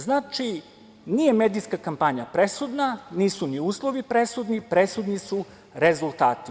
Znači, nije medijska kampanja presudna, nisu ni uslovi presudni, presudni su rezultati.